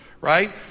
Right